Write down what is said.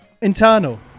Internal